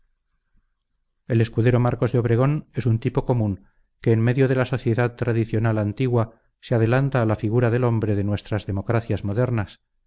el escudero marcos de obregón es un tipo común que en medio de la sociedad tradicional antigua se adelanta a la figura del hombre de nuestras democracias modernas